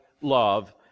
love